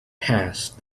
passed